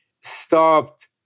stopped